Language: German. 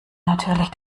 natürlich